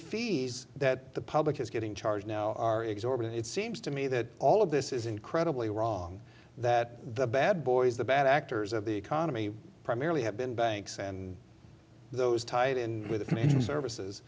fees that the public is getting charged now are exorbitant it seems to me that all of this is incredibly wrong that the bad boys the bad actors of the economy primarily have been banks and those tied in with